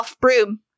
Broom